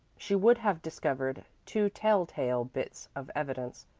she would have discovered two telltale bits of evidence,